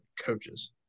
coaches